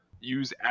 use